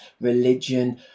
religion